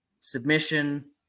Submission